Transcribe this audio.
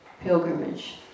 pilgrimage